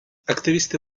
активісти